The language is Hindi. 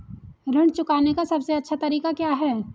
ऋण चुकाने का सबसे अच्छा तरीका क्या है?